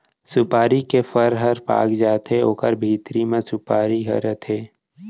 सुपारी के फर ह पाक जाथे ओकरे भीतरी म सुपारी ह रथे